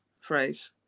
phrase